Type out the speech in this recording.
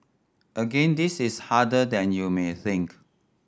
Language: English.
again this is harder than you may think